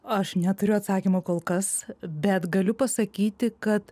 aš neturiu atsakymo kol kas bet galiu pasakyti kad